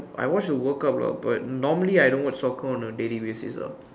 I watch the world cup lah but normally I don't watch soccer on a daily basis ah